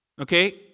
Okay